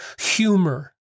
humor